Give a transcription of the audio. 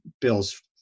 bill's